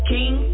King